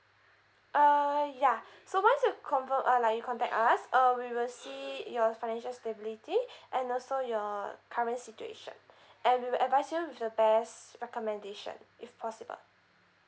uh yeah so once you confirm uh like you contact us uh we will see your financial stability and also your current situation and we will advice you with the best recommendation if possible